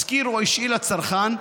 השכיר או השאיל לצרכן,